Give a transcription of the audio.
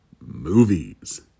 movies